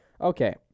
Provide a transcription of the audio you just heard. Okay